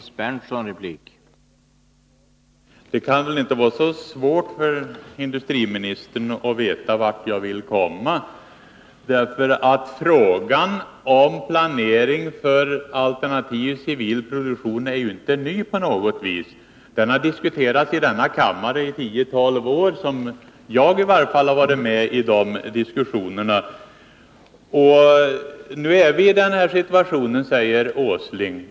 Herr talman! Det kan väl inte vara så svårt för industriministern att förstå vart jag vill komma. Frågan om planering för alternativ civil produktion är ju inte på något vis ny. Den har diskuterats här i kammaren i tio tolv år — så länge har i varje fall jag varit med i de diskussionerna. Nu befinner vi oss i den här situationen, säger Nils Åsling.